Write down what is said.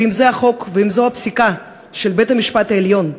ואם זה החוק ואם זאת הפסיקה של בית-המשפט העליון,